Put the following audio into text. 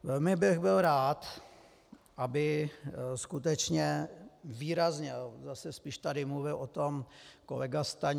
Velmi bych byl rád, aby skutečně výrazně zase spíš tady mluvil o tom kolega Stanjura.